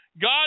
God